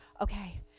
Okay